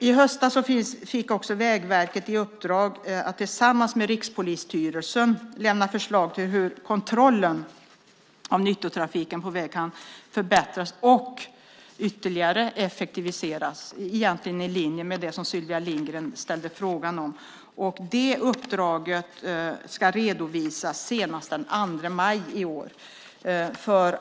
I höstas fick också Vägverket i uppdrag att tillsammans med Rikspolisstyrelsen lämna förslag till hur kontrollen av nyttotrafiken på väg kan förbättras och ytterligare effektiviseras, egentligen i linje med det som Sylvia Lindgren frågade om. Det uppdraget ska redovisas senast den 2 maj i år.